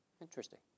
interesting